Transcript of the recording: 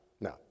No